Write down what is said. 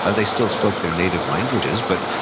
ah they still spoke their native languages. but,